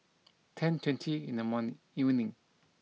ten twenty in the morning evening